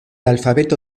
alfabeto